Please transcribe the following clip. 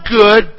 good